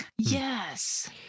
Yes